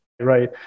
right